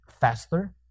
faster